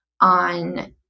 on